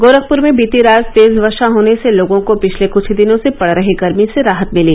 गोरखपुर में बीती रात तेज वर्षा होने से लोगों को पिछले कुछ दिनों से पड़ रही गर्मी से राहत मिली